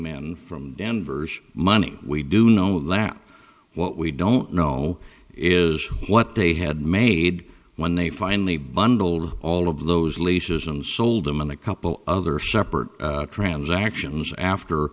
man from denver's money we do know that what we don't know is what they had made when they finally bundled all of those leases and sold them in a couple other separate transactions after